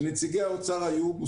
שנציגי האוצר היו בהן.